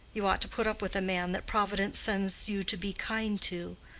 you ought to put up with a man that providence sends you to be kind to.